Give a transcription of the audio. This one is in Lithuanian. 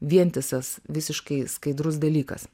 vientisas visiškai skaidrus dalykas